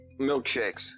Milkshakes